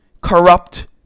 Corrupt